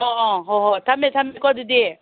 ꯑꯥ ꯑꯥ ꯍꯣꯏ ꯍꯣꯏ ꯊꯝꯃꯦ ꯊꯝꯃꯦꯀꯣ ꯑꯗꯨꯗꯤ